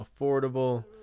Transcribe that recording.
affordable